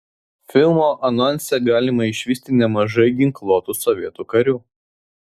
filmo anonse galima išvysti nemažai ginkluotų sovietų karių